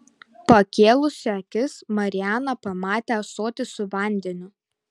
pakėlusi akis mariana pamatė ąsotį su vandeniu